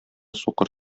сукыр